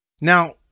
Now